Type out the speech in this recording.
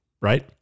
Right